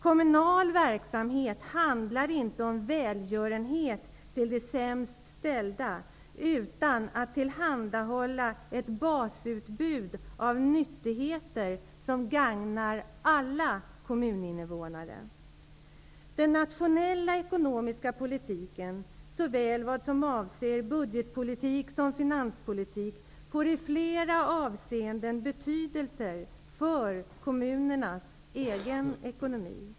Kommunal verksamhet handlar inte om välgörenhet till de sämst ställda, utan om att tillhandahålla ett basutbud av nyttigheter som gagnar alla kommuninvånare. Den nationella ekonomiska politiken, såväl budgetpolitik som finanspolitik, får i flera avseenden betydelse för kommunernas egen ekonomi.